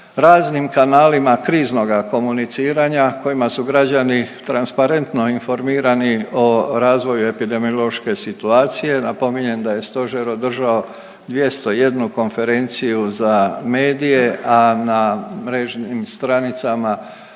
raznim kanalima kriznoga komuniciranja kojima su građani transparentno informirani o razvoju epidemiološke situacije. Napominjem da je Stožer održao 201 konferenciju za medije, a na mrežnim stranicama